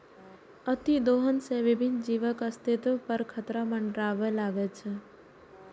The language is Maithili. अतिदोहन सं विभिन्न जीवक अस्तित्व पर खतरा मंडराबय लागै छै